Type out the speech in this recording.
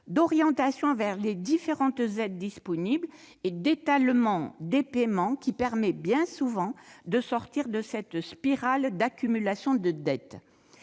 d'orientation vers les différentes aides disponibles et d'étalement des paiements qui permet, bien souvent, de sortir de cette spirale d'accumulation de dettes.